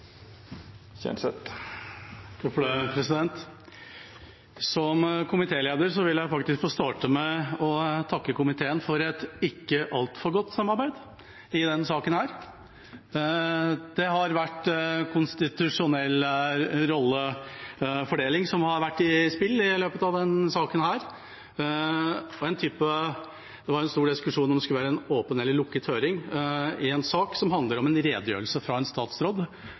Som komitéleder vil jeg faktisk få starte med å takke komiteen for et ikke altfor godt samarbeid i denne saken. Den konstitusjonelle rollefordelingen har vært i spill i løpet av denne saken. Det var en stor diskusjon om det skulle være åpen eller lukket høring – i en sak som handler om en redegjørelse fra en statsråd